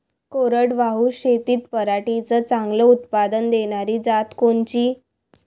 कोरडवाहू शेतीत पराटीचं चांगलं उत्पादन देनारी जात कोनची?